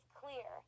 clear